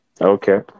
Okay